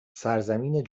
سرزمین